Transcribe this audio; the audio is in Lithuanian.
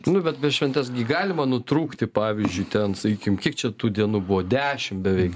nu bet be šventes gi galima nutrūkti pavyzdžiui ten sakykim kiek čia tų dienų buvo dešimt beveik